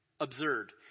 absurd